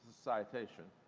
citation.